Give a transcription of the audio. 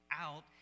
out